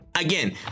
Again